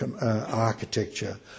architecture